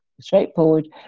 straightforward